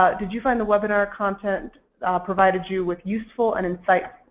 ah did you find the webinar content provided you with useful and insight,